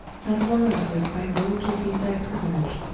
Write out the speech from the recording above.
that warranteth by law, to be thy priuiledge.